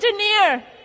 engineer